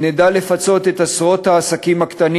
שנדע לפצות את עשרות העסקים הקטנים